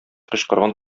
кычкырган